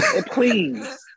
Please